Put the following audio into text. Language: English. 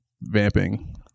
vamping